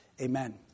Amen